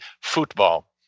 football